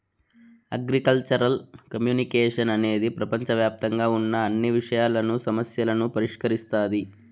agricultural communication అనేది ప్రపంచవ్యాప్తంగా ఉన్న అన్ని విషయాలను, సమస్యలను పరిష్కరిస్తాది